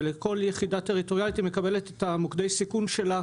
וכל יחידה טריטוריאלית מקבלת את מוקדי הסיכון שלה,